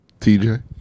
TJ